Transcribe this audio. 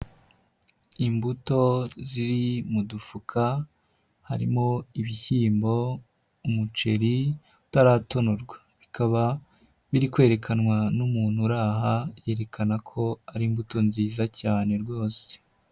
Imbuto ziri mu dufuka harimo: ibishyimbo, umuceri utaratonorwa, bikaba biri kwerekanwa n'umuntu uri aha, yerekana ko ari imbuto nziza cyane rwose.